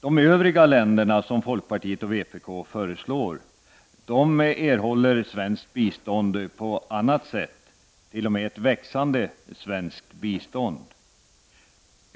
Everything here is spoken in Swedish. De övriga länder som folkpartiet och vpk föreslår erhåller svenskt bistånd på annat sätt, t.o.m. ett växande bistånd.